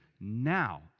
now